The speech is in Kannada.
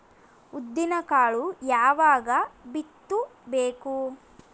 ಉದ್ದಿನಕಾಳು ಯಾವಾಗ ಬಿತ್ತು ಬೇಕು?